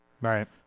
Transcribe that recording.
Right